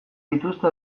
dituzte